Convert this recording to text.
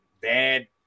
bad